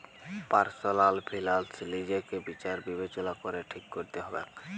personal ফিলালস লিজেকে বিচার বিবেচলা ক্যরে ঠিক ক্যরতে হবেক